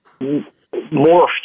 morphed